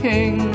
King